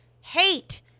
hate